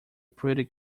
pretty